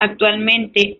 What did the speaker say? actualmente